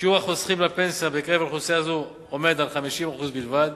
שיעור החוסכים לפנסיה בקרב אוכלוסייה זו עומד על 50% בלבד,